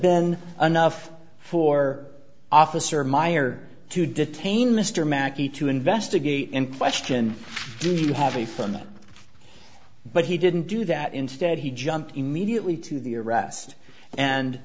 been enough for officer meyer to detain mr makki to investigate and question do you have a phone that but he didn't do that instead he jumped immediately to the arrest and